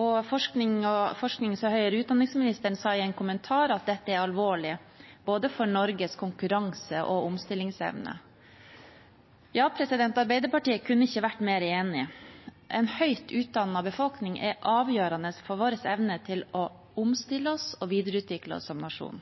Og ministeren for forskning og høyere utdanning sa i en kommentar at dette er alvorlig, både for Norges konkurranse- og omstillingsevne. Arbeiderpartiet kunne ikke ha vært mer enig. En høyt utdannet befolkning er avgjørende for vår evne til å omstille oss og videreutvikle oss som nasjon.